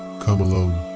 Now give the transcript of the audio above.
come alone.